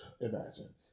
Imagine